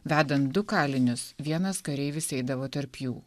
vedant du kalinius vienas kareivis eidavo tarp jų